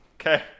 Okay